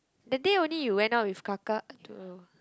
that day only you went out with kakak to